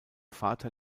vater